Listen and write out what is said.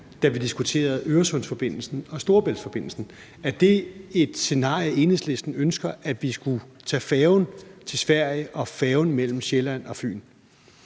da vi diskuterede Øresundsforbindelsen og Storebæltsforbindelsen? Er det et scenarie, Enhedslisten ønsker, altså at vi skulle tage færgen til Sverige og færgen mellem Sjælland og Fyn?